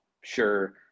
sure